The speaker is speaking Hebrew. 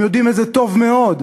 הם יודעים את זה טוב מאוד,